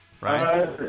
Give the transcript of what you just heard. Right